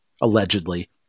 allegedly